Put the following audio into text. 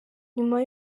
nyuma